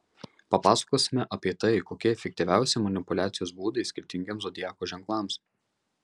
papasakosime apie tai kokie efektyviausi manipuliacijos būdai skirtingiems zodiako ženklams